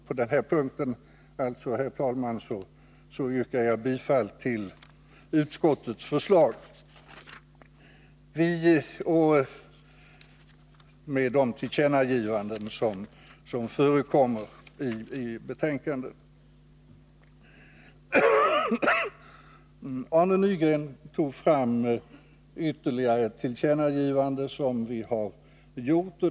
På denna punkt, herr talman, yrkar jag bifall till utskottets förslag med de tillkännagivanden som görs i betänkandet. Arne Nygren tog fram ytterligare ett tillkännagivande som vi gjort.